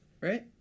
Right